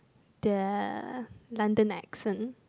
the London accent